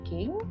King